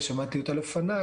שמעתי אותה לפניי,